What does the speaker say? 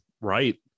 right